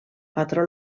patró